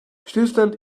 stillstand